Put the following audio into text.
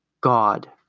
God